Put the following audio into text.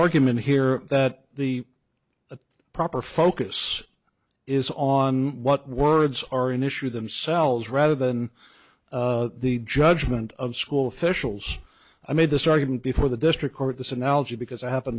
argument here that the the proper focus is on what words are an issue themselves rather than the judgment of school officials i made this argument before the district court this analogy because i happen